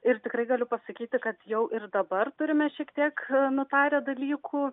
ir tikrai galiu pasakyti kad jau ir dabar turime šiek tiek nutarę dalykų